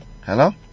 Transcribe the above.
Hello